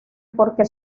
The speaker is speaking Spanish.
porque